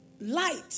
light